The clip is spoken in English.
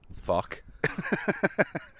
Fuck